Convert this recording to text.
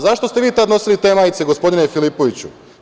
Zašto ste vi tada nosili te majice gospodine Filipoviću?